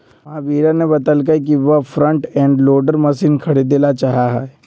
महावीरा ने बतल कई कि वह फ्रंट एंड लोडर मशीन खरीदेला चाहा हई